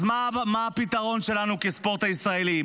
אז מה הפתרון שלנו, הספורט הישראלי?